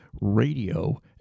radio